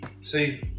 See